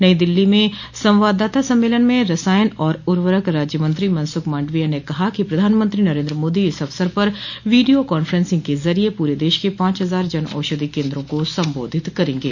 नई दिल्ली में संवाददाता सम्मेलन में रसायन और उर्वरक राज्य मंत्री मनसुख मांडविया ने कहा कि प्रधानमंत्री नरेन्द्र मोदी इस अवसर पर वीडियो कांफ्रेंसिंग के जरिये पूरे देश के पांच हजार जन औषधि केन्द्रों को सम्बोधित करेंगे